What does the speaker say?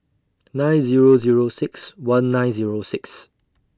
nine Zero Zero six one nine Zero six